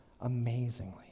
amazingly